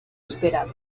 esperado